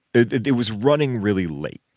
it it was running really late.